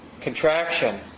contraction